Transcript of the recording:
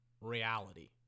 reality